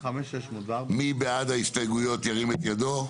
מי בעד ההסתייגויות, ירים את ידו.